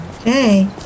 Okay